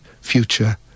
future